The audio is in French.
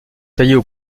taillées